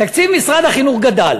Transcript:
תקציב משרד החינוך גדל.